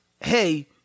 hey